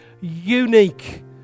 unique